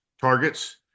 targets